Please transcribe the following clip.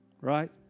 right